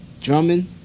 drumming